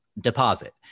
deposit